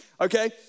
okay